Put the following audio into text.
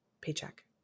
paycheck